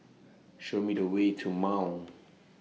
Show Me The Way to Mount